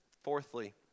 fourthly